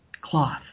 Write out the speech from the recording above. cloth